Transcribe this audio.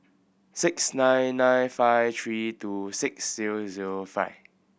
six nine nine five three two six zero zero five